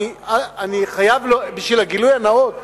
אני רוצה להציע הצעת חוק,